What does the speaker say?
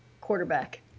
Quarterback